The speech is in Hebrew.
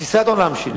תפיסת העולם שלי,